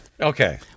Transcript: Okay